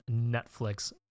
Netflix